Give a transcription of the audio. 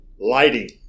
Lighting